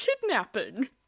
kidnapping